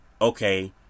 okay